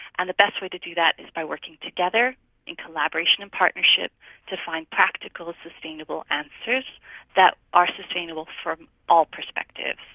and the best way to do that is by working together in collaboration and partnership to find practical sustainable answers that are sustainable from all perspectives.